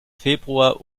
februar